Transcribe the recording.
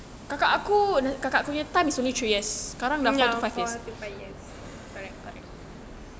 ya now four five years